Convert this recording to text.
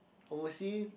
oversea